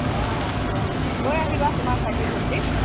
অঁ আহিবা আহিবা লৈ আহিবা তোমাৰ ভাইটি ভণ্টিক